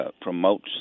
promotes